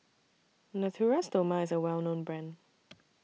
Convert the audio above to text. Natura Stoma IS A Well known Brand